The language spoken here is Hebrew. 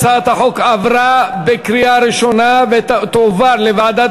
הצעת החוק עברה בקריאה ראשונה ותועבר לוועדת